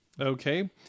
Okay